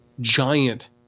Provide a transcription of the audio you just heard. giant